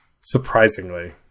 Surprisingly